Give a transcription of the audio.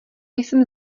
jsem